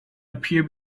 appear